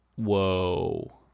Whoa